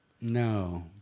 No